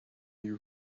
you